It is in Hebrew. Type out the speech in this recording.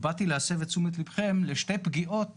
ובאתי להסב את תשומת לבכם לשתי פגיעות